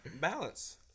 balance